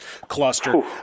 cluster